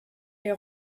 est